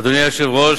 אדוני היושב-ראש,